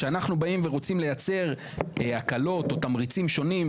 כשאנחנו באים ורוצים לייצר הקלות או תמריצים שונים,